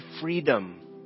freedom